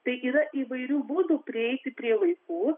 tai yra įvairių būdų prieiti prie vaikų